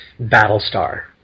Battlestar